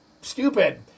stupid